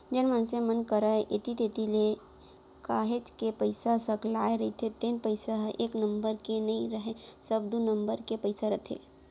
जेन मनसे मन करा ऐती तेती ले काहेच के पइसा सकलाय रहिथे तेन पइसा ह एक नंबर के नइ राहय सब दू नंबर के पइसा रहिथे